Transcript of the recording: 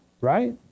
right